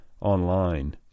online